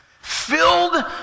Filled